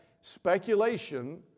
speculation